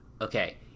Okay